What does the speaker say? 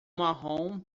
marrom